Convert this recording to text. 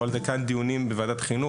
היו על זה דיונים בוועדת חינוך,